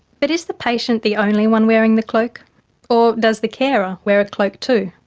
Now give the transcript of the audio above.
but is the patient the only one wearing the cloak or does the carer wear a cloak too?